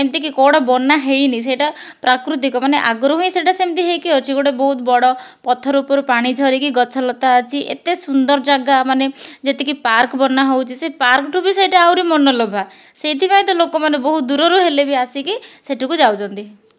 ଏମିତି କି କେଉଁଟା ବନା ହେଇନି ସେଟା ପ୍ରାକୃତିକ ମାନେ ଆଗରୁ ହିଁ ସେଟା ସେମିତି ହେଇକି ଅଛି ଗୋଟେ ବହୁତ ବଡ଼ ପଥର ଉପରୁ ପାଣି ଝରିକି ଗଛ ଲତା ଅଛି ଏତେ ସୁନ୍ଦର ଜାଗା ମାନେ ଯେତିକି ପାର୍କ ବନା ହେଉଛି ସେ ପାର୍କ ଠୁ ବି ସେଟା ଆହୁରି ମନଲୋଭା ସେଇଥିପାଇଁ ତ ଲୋକମାନେ ବହୁତ ଦୂରରୁ ହେଲେ ବି ଆସିକି ସେଠୁକୁ ଯାଉଛନ୍ତି